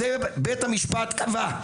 את זה בית המשפט קבע.